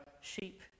sheep